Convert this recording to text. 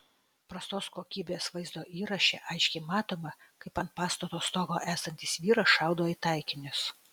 prastos kokybės vaizdo įraše aiškiai matoma kaip ant pastato stogo esantis vyras šaudo į taikinius